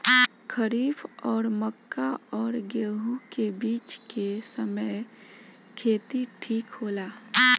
खरीफ और मक्का और गेंहू के बीच के समय खेती ठीक होला?